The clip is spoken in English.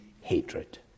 hatred